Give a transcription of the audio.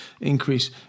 increase